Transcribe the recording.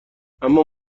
اما